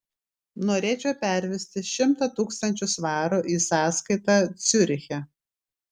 norėčiau pervesti šimtą tūkstančių svarų į sąskaitą ciuriche